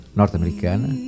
norte-americana